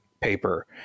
paper